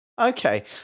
Okay